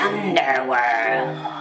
Underworld